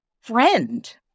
friend